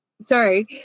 sorry